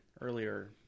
earlier